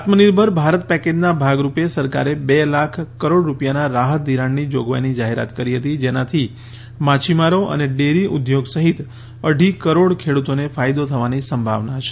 આત્મનિર્ભર ભારત પેકેજના ભાગ રૂપે સરકારે બે લાખ કરોડ રૂપિયાના રાહત ઘિરાણની જોગવાઈની જાહેરાત કરી હતી જેનાથી માછીમારો અને ડેરી ઉદ્યોગ સહિત અઢી કરોડ ખેડુતોને ફાયદો થવાની સંભાવના છે